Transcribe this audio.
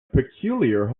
peculiar